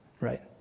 right